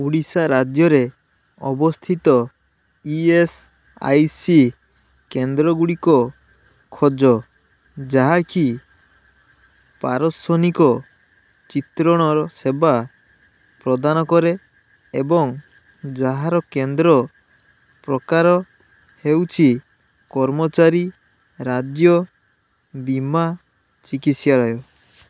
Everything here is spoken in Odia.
ଓଡ଼ିଶା ରାଜ୍ୟରେ ଅବସ୍ଥିତ ଇ ଏସ୍ ଆଇ ସି କେନ୍ଦ୍ରଗୁଡ଼ିକ ଖୋଜ ଯାହାକି ପାରସ୍ଵନିକ ଚିତ୍ରଣ ସେବା ପ୍ରଦାନ କରେ ଏବଂ ଯାହାର କେନ୍ଦ୍ର ପ୍ରକାର ହେଉଛି କର୍ମଚାରୀ ରାଜ୍ୟ ବୀମା ଚିକିତ୍ସାଳୟ